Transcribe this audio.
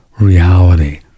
reality